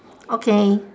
okay